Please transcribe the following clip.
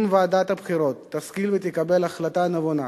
אם ועדת הבחירות תשכיל ותקבל החלטה נבונה,